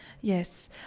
Yes